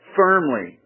firmly